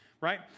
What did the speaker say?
Right